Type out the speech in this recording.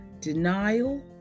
Denial